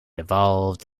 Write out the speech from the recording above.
evolved